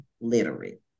literate